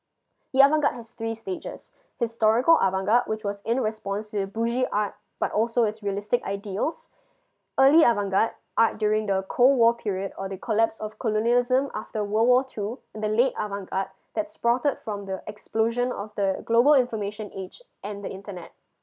the avant garde has three stages historical avant garde which was in response to the bulgy art but also its realistic ideals early avant garde art during the cold war period or the collapse of colonialism after world war two and the late avant garde that sprouted from the explosion of the global information age and the internet